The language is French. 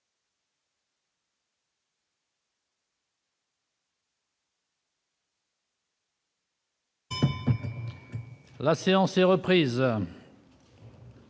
La séance est reprise.